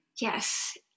Yes